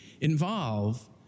involve